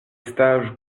stages